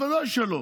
ודאי שלא.